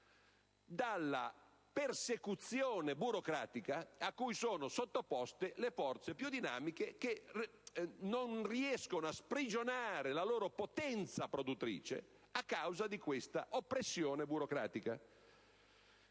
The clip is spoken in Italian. dalla persecuzione burocratica cui sono sottoposte, cosicché non riescono a sprigionare la loro potenza produttrice a causa di questa oppressione burocratica